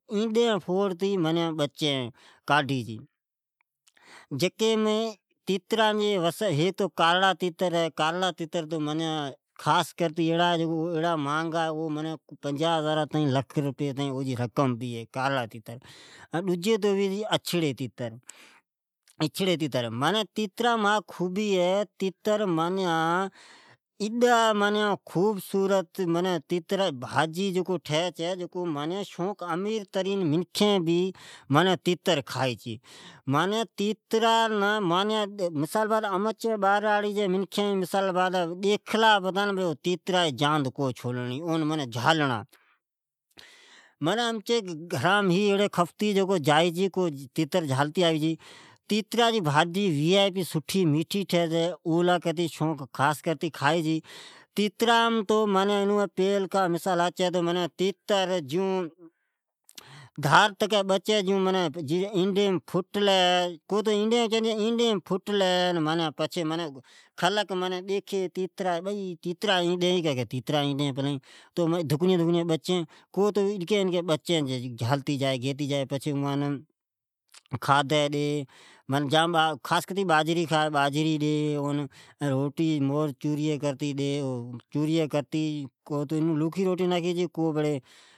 اینڈ اچاتے اوین گھرین فوڑی چھے تیتران جی بہ قسم ھی ھیک ھا تو کارڑا تتر ھا ایڑا مازنگھا ھی جکو کٹھے کونی ، پنجا ھزار یا لکھ رپیا جا بھے بیچھے چھے اوجے اتری رقم بھی ھی ۔ ڈجا ھے اچھڑاتیتر او نمنکھین یا امیر ڈاڈی شوقاش کھائی چھے ۔ امچے باراڑی جی منکھین ڈیکھلا پتا تو او جی جند کو چھوڑی جیستان اون جھالی نا ۔ امچی گھرامین بھے ھی کھفتے جکو جھالتے آوی چھی پر تیترا جی بھاجی میٹھی ھوی چھے این سٹھے ھوی ۔ معنی تیترا جی اینڈی ڈیکھلی تو کی اھی تیترا جی اینڈی ھی کا۔ کی ھوی تو اینڈی یا ڈکنیی جھالیتے جا ئی پچھے او کھادی ڈی ، باجھری ،روٹی چورھئی کرتے۔